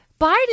Biden